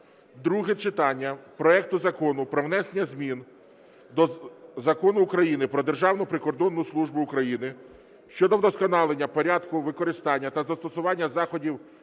друге читання проекту Закону про внесення змін до Закону України "Про Державну прикордонну службу України" щодо вдосконалення порядку використання та застосування заходів